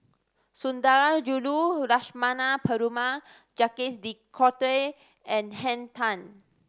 Sundarajulu Lakshmana Perumal Jacques De Coutre and Henn Tan